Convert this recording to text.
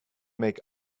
make